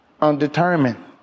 Undetermined